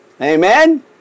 Amen